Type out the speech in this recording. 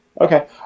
Okay